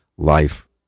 Life